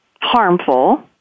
harmful